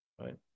right